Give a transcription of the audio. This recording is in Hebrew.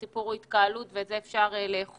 הסיפור הוא התקהלות, ואת זה אפשר לאכוף.